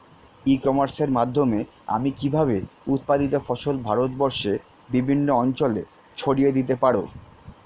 ই কমার্সের মাধ্যমে আমি কিভাবে উৎপাদিত ফসল ভারতবর্ষে বিভিন্ন অঞ্চলে ছড়িয়ে দিতে পারো?